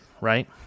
right